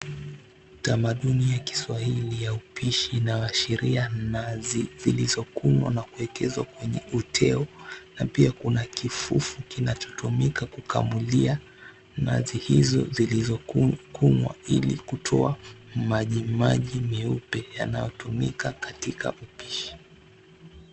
Tamaduni ya kiswahili ya upishi, 𝑖naashiria nazi , zilizokunwa na kuwekezwa kwenye ute𝑜 𝑛𝑎 𝑝ia 𝑘una kifufu kinachotumika kukamulia nazi hizo 𝑧𝑖lizokunwa ili kutoa maji maji meupe 𝑦𝑎nayotumika 𝑘atika upishi.